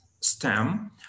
stem